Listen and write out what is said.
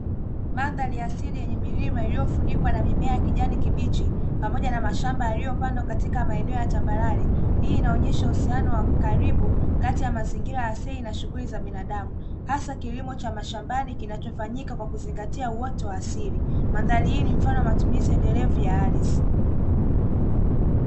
Mandhari asili yenye milima iliyofunikwa na mimea ya kijani kibichi pamoja na mashamba yaliyopandwa katika maeneo ya tambarare, hii inaonyesha uhusiano wa karibu kati ya mazingira ya asili na shughuli za binadamu hasa kilimo cha mashabanni kinachofanyika kwa kuzingatia uoto wa asili mandhari hii ni mfano wa matumizi endelevu ya ardhi.